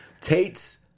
Tate's